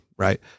right